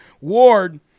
Ward